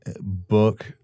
book